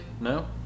No